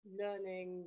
learning